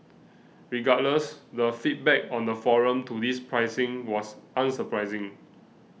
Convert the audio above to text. regardless the feedback on the forum to this pricing was unsurprising